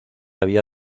había